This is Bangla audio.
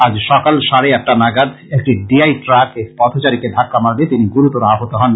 আজ সকাল সাড়ে আটটা নাগাদ একটি ডি আই ট্রাক এক পথচারীকে ধাক্কা মারলে তিনি গুরুতর আহত হন